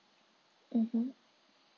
mmhmm